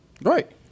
right